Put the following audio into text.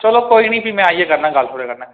चलो कोई निं भी में आइयै करना गल्ल थुआढ़े कन्नै